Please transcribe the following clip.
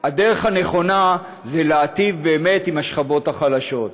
הדרך הנכונה היא להיטיב באמת עם השכבות החלשות.